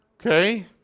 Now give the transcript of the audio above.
Okay